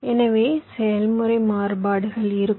எனவே செயல்முறை மாறுபாடுகள் இருக்கும்